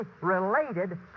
related